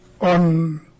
on